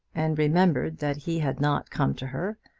and remembered that he had not come to her,